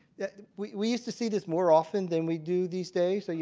yeah we we used to see this more often than we do these days. yeah